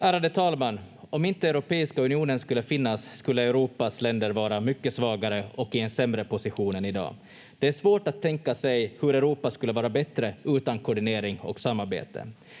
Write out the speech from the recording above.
Ärade talman! Om inte Europeiska unionen skulle finnas skulle Europas länder vara mycket svagare och i en sämre position än i dag. Det är svårt att tänka sig hur Europa skulle vara bättre utan koordinering och samarbete.